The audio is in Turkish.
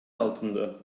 altında